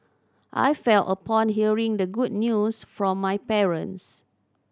I felt upon hearing the good news from my parents